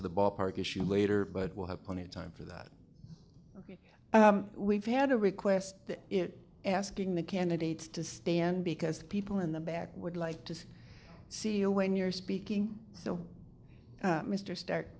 to the ballpark issue later but we'll have plenty of time for that we've had to request it asking the candidates to stand because the people in the back would like to see you when you're speaking the mr start